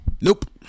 Nope